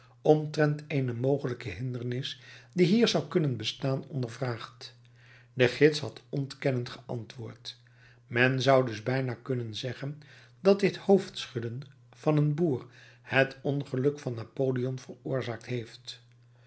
omtrent eene mogelijke hindernis die hier zou kunnen bestaan ondervraagd de gids had ontkennend geantwoord men zou dus bijna kunnen zeggen dat dit hoofdschudden van een boer het ongeluk van napoleon veroorzaakt heeft